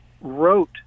wrote